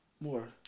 more